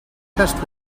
test